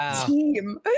team